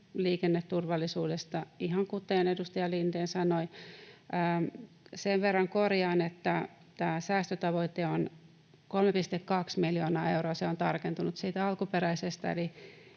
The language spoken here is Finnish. liikenneturvallisuudesta, ihan kuten edustaja Lindén sanoi. Sen verran korjaan, että tämä säästötavoite on 3,2 miljoonaa euroa. Se on tarkentunut siitä alkuperäisestä,